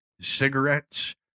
cigarettes